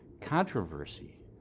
Controversy